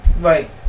Right